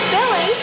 Billy